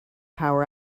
power